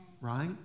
right